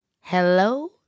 Hello